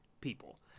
people